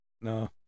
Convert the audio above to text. No